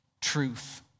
truth